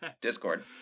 Discord